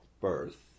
birth